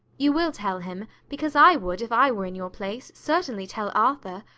you will tell him, because i would, if i were in your place, certainly tell arthur.